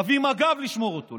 להביא מג"ב לשמור אותו.